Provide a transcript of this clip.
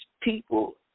people